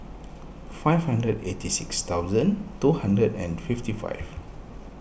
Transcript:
five hundred eighty six thousand two hundred and fifty five